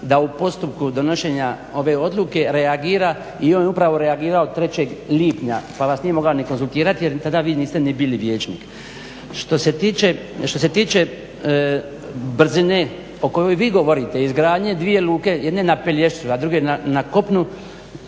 da u postupku donošenja ove odluke reagira i on je upravo reagirao 3. lipnja pa vas nije mogao ni konzultirati jer tada vi niste ni bili vijećnik. Što se tiče brzine o kojoj vi govorite izgradnje dvije luke, jedne na Pelješcu, a druge na kopnu